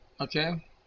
Okay